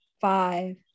five